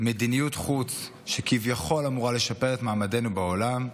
מדיניות חוץ שכביכול אמורה לשפר את מעמדנו בעולם,